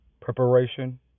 preparation